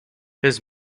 his